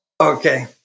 Okay